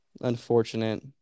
Unfortunate